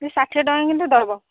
ସେଇ ଷାଠିଏ ଟଙ୍କା କିନ୍ତୁ ଦେବ